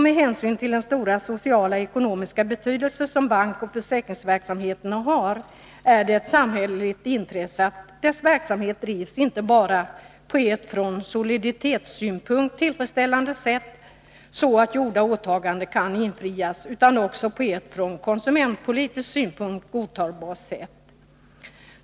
Med hänsyn till den stora sociala och ekonomiska betydelse som bankoch försäkringsverksamheterna har är det ett samhälleligt intresse att dessa verksamheter drivs inte bara på ett från soliditetssynpunkt tillfredsställande sätt så att gjorda åtaganden kan infrias utan också på ett från konsumentpolitisk synpunkt godtagbart sätt.